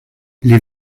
les